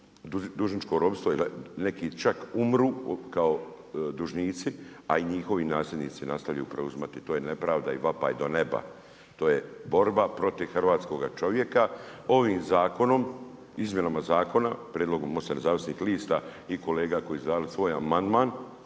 dužničko ropstvo, neki čak umru kao dužnici a i njihovi nasljednici nastavljaju preuzimati, to je nepravda i vapaj do neba, to je borba protiv hrvatskoga čovjeka. Ovim zakonom, izmjenama zakona, prijedlogom MOST-a Nezavisnih lista i kolega koje su dali svoj amandman